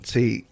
See